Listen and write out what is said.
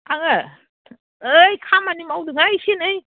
आङो ओइ खामानि मावदोंहाय एसे नै